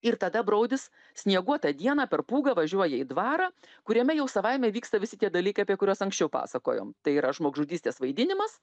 ir tada baudis snieguotą dieną per pūgą važiuoja į dvarą kuriame jau savaime vyksta visi tie dalykai apie kuriuos anksčiau pasakojom tai yra žmogžudystės vaidinimas